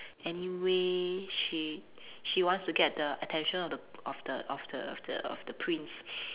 anyway she she wants to get the attention of the of the of the of the of the prince